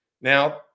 Now